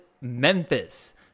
Memphis